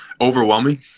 Overwhelming